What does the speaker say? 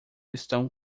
estão